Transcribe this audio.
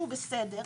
שהוא בסדר,